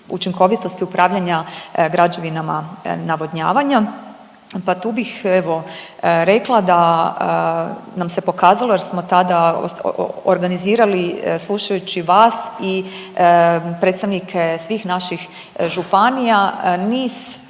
učinkovitosti upravljanja građevinama navodnjavanja. Pa tu bih evo rekla da nam se pokazalo, jer smo tada organizirali slušajući vas i predstavnike svih naših županija niz